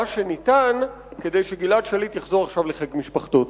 שניתן כדי שגלעד שליט יחזור עכשיו לחיק למשפחתו.